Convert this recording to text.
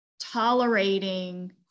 tolerating